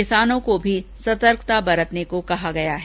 किसानों को भी सतर्कता बरतने को कहा गया है